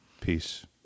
Peace